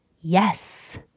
yes